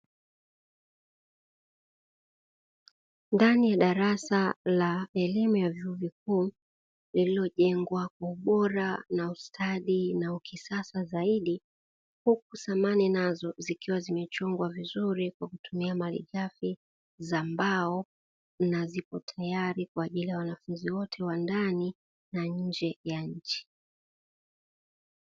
Ndani ya darasa la elimu ya vyuo vikuu lililojengwa kwa ubora, na ustadi na ukisasa zaidi, huku samani nazo zikiwa zimechongwa vizuri kwa kutumia malighafi za mbao, na ziko tayari kwa ajili ya wanafunzi wote wa ndani na nje ya nchi.